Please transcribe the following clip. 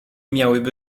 miałyby